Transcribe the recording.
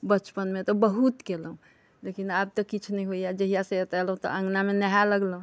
बचपन मे त बहुत केलहुॅं लेकिन आब तऽ किछु नहि होइया जहिया से एतए एलहुॅं तऽ अँगना मे नहाए लगलहुॅं